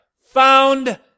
found